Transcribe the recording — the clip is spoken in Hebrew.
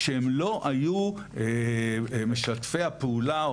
שהם לא היו משתפי הפעולה,